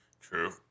True